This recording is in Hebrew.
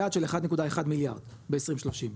יעד של 1.1 מיליארד ב-2030,